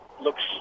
looks